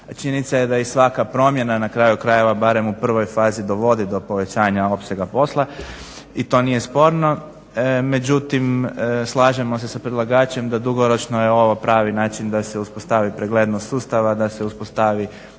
Činjenica je da i svaka promjena na kraju krajeva barem u prvoj fazi barem dovodi do povećanja opsega posla i to nije sporno. Međutim slažemo se sa predlagačem da dugoročno ovo je pravi način da se uspostavi preglednost sustava, da se uspostavi